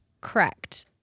correct